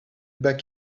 back